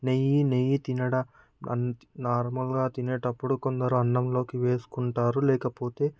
నెయ్యి నెయ్యి తినడానికి నార్మల్గా తినేటప్పుడు కొందరు అన్నంలోకి వేసుకుంటారు లేకపోతే